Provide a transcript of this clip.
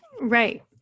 right